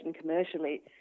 commercially